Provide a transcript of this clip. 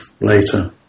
later